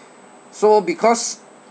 so because